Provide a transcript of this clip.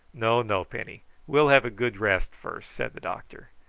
no, no, penny we'll have a good rest first, said the doctor